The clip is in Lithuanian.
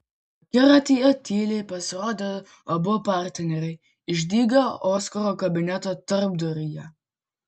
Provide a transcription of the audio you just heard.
akiratyje tyliai pasirodė abu partneriai išdygę oskaro kabineto tarpduryje